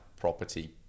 property